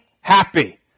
happy